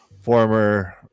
former